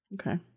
Okay